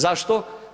Zašto?